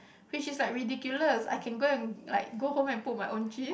which is like ridiculous I can go and like go home and cook my own cheese